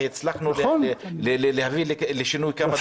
והצלחנו להביא לשינוי של כמה דברים.